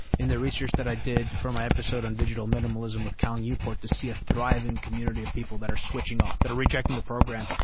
in the research that i did for my episode on digital minimalism with cal newport, to see a thriving community of people that are switching off, that are rejecting the program.